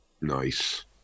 nice